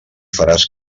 faràs